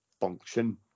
function